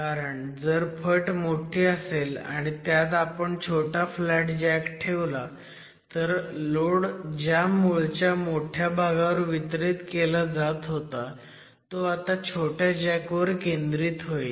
कारण जर फट मोठी असेल आणि त्यात आपण छोटा फ्लॅट जॅक ठेवला तर लोड ज्या मूळच्या मोठ्या भागावर वितरित केला जात होता तो आता छोट्या जॅक वर केंद्रित होईल